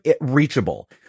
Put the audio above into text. reachable